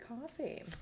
coffee